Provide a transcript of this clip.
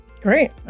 Great